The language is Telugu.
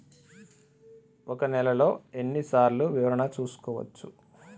ఒక నెలలో ఎన్ని సార్లు వివరణ చూసుకోవచ్చు?